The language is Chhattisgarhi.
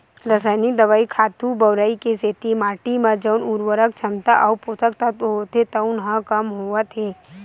रसइनिक दवई, खातू बउरई के सेती माटी म जउन उरवरक छमता अउ पोसक तत्व होथे तउन ह कम होवत हे